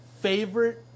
favorite